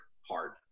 hard